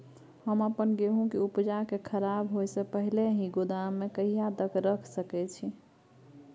हम अपन गेहूं के उपजा के खराब होय से पहिले ही गोदाम में कहिया तक रख सके छी?